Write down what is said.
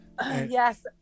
Yes